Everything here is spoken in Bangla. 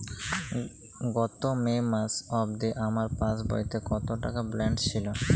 গত মে মাস অবধি আমার পাসবইতে কত টাকা ব্যালেন্স ছিল?